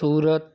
सूरत